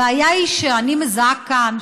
הבעיה שאני מזהה כאן,